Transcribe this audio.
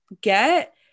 Get